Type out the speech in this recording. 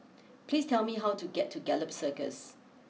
please tell me how to get to Gallop Circus